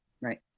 Right